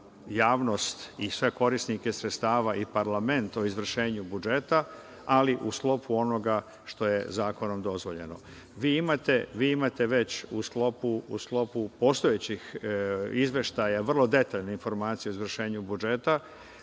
javnost i sve korisnike sredstava i parlament o izvršenju budžeta, ali u sklopu onoga što je zakonom dozvoljeno. Vi imate već u sklopu postojećih izveštaja vrlo detaljne informacije o izvršenju budžeta.